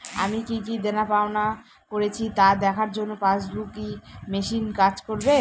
আমি কি কি দেনাপাওনা করেছি তা দেখার জন্য পাসবুক ই মেশিন কাজ করবে?